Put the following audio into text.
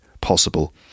possible